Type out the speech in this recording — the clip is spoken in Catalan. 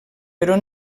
però